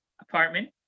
apartment